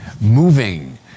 moving